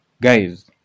Guys